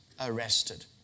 arrested